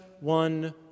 one